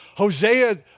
Hosea